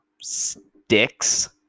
sticks